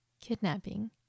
kidnapping